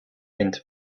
into